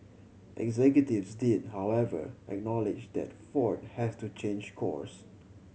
executives did however acknowledge that Ford has to change course